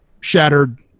Shattered